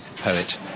poet